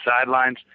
sidelines